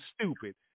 stupid